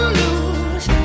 lose